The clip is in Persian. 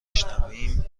شنویم